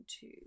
two